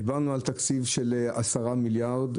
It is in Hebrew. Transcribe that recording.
דיברנו על תקציב של 10.7 מיליארד,